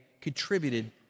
contributed